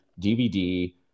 DVD